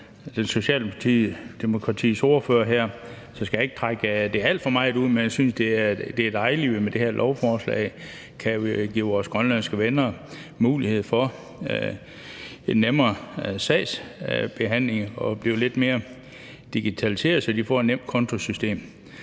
af Socialdemokratiets ordfører her, så jeg skal ikke trække det alt for meget ud, men jeg synes, det er dejligt, at vi med det her lovforslag kan give vores grønlandske venner mulighed for at få nemmere sagsbehandling og mulighed for at blive lidt mere digitaliseret, så de får et nemkontosystem.